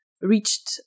reached